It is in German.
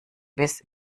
bis